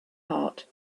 heart